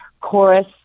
chorus